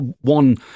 One